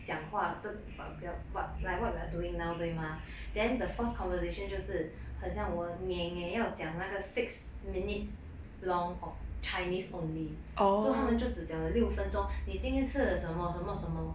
讲话这个 wh~ like what we are doing now 对吗 then the first conversation 就是很像我 ne ne 要讲那个 six minutes long of chinese only so 他们就只了六分钟你今天吃了什么什么什么什么